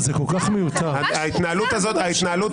מירב,